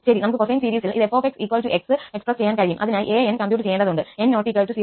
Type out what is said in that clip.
ശരി നമുക്ക് കൊസൈൻ സീരീസിൽ ഇത് 𝑓𝑥x എക്സ്പ്രസ്സ് ചെയ്യാൻ കഴിയും കഴിയും അതിനായി an′𝑠 കംപ്യൂട്ട ചെയ്യേണ്ടതുണ്ട് 𝑛 ≠ 0